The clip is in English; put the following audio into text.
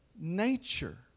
nature